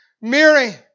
Mary